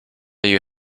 you